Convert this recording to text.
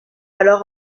alors